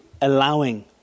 allowing